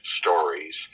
stories